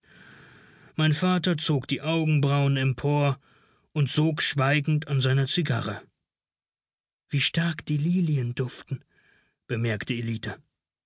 mein vater zog die augenbrauen empor und sog schweigend an seiner zigarre wie stark die lilien duften bemerkte ellita